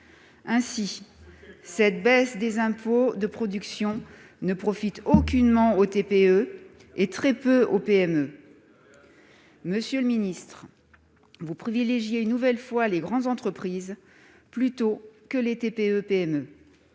Ainsi, cette baisse des impôts de production ne profite aucunement aux TPE et très peu aux PME. Vous privilégiez une nouvelle fois les grandes entreprises plutôt que les TPE-PME.